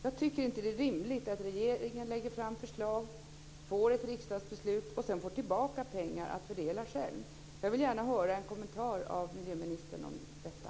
Det är inte rimligt att regeringen lägger fram förslag, får ett riksdagsbeslut och sedan får tillbaka pengar att fördela själv. Jag vill gärna höra en kommentar från miljöministern om detta.